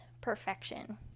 perfection